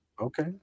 Okay